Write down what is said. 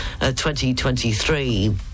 2023